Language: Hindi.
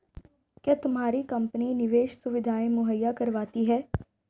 क्या तुम्हारी कंपनी निवेश सुविधायें मुहैया करवाती है?